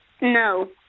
no